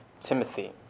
Timothy